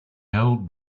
held